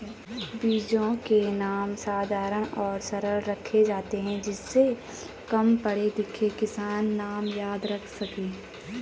बीजों के नाम साधारण और सरल रखे जाते हैं जिससे कम पढ़े लिखे किसान नाम याद रख सके